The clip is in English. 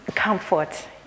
Comfort